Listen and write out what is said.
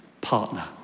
partner